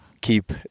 keep